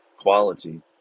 quality